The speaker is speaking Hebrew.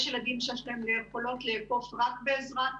יש ילדים שיש להם יכולות לאכוף רק בעזרת